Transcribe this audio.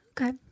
Okay